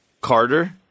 Carter